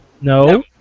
No